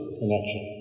connection